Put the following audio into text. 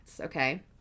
okay